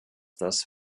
das